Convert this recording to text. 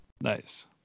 Nice